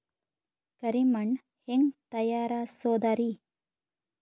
ಕರಿ ಮಣ್ ಹೆಂಗ್ ತಯಾರಸೋದರಿ?